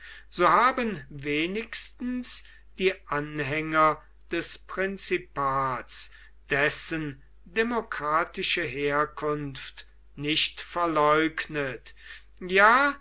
so haben wenigstens die anhänger des prinzipats dessen demokratische herkunft nicht verleugnet ja